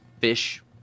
Fish